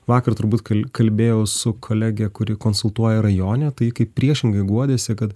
vakar turbūt kal kalbėjau su kolege kuri konsultuoja rajone tai kaip priešingai guodėsi kad